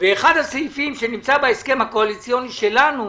ואחד הסעיפים שנמצא בהסכם הקואליציוני שלנו הוא